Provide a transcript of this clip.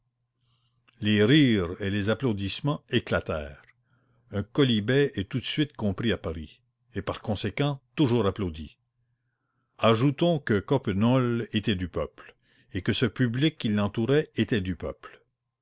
les rires et les applaudissements éclatèrent un quolibet est tout de suite compris à paris et par conséquent toujours applaudi ajoutons que coppenole était du peuple et que ce public qui l'entourait était du peuple